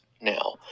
now